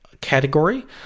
category